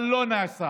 אבל זה לא נעשה.